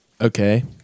Okay